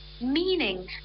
meaning